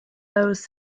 loews